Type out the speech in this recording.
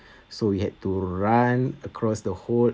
so we had to run across the whole